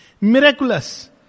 Miraculous